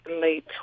late